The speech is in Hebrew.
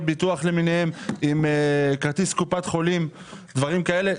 ביטוח למיניהן עם כרטיס קופת חולים ודברים כאלה.